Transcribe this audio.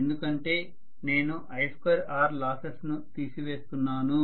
ఎందుకంటే నేను I2R losses ను తీసివేస్తున్నాను